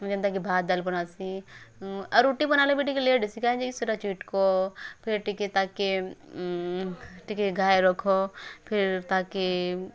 ଆମେ ଯେନ୍ତା କି ଭାତ୍ ଡ଼ାଲ୍ ବନାସି ଆଉ ରୁଟି ବନାଲେ ବି ଟିକେ ଲେଟ୍ ହେସି କାହିଁ ଯେ କି ସେଟା ଚେଟ୍କ ଫିର ଟିକେ ତାକେ ଟିକେ ଘାଇ ରଖ ଫିର୍ ତାହାକେ